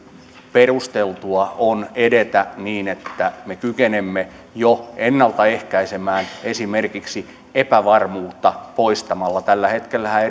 perusteltua on edetä niin että me kykenemme jo ennaltaehkäisemään esimerkiksi epävarmuutta poistamalla tällä hetkellähän